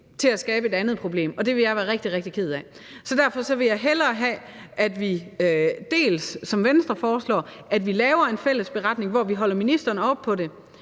og så skaber et andet problem, og det vil jeg være rigtig, rigtig ked af. Så derfor vil jeg hellere have, at vi, som Venstre forslår, laver en fælles beretning, hvor vi holder ministeren op på det.